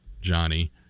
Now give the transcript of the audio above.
Johnny